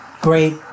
great